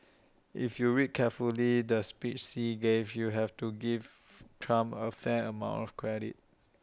if you read carefully the speech Xi gave you have to give Trump A fair amount of credit